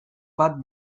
bat